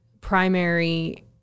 primary